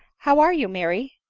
how are you, mary?